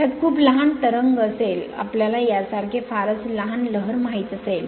त्यात खूप लहान तरंग असेल आपल्याला यासारखे फारच लहान लहर माहित असेल